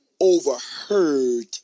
overheard